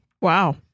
Wow